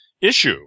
Issue